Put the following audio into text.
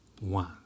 one